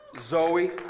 Zoe